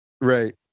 right